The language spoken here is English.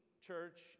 church